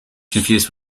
confused